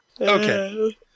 Okay